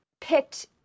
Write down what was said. picked